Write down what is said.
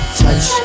touch